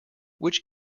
which